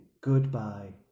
Goodbye